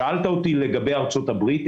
שאלת אותי לגבי ארצות הברית.